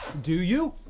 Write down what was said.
do you?